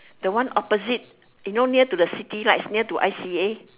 the one opposite you know near to the city right it's near to I_C_A